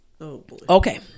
Okay